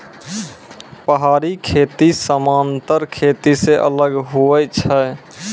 पहाड़ी खेती समान्तर खेती से अलग हुवै छै